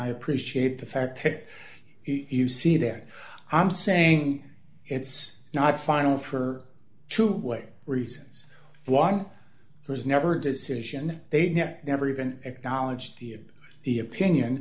i appreciate the fact that you see there i'm saying it's not final for two way reasons one who's never decision they'd never even acknowledge the ip the opinion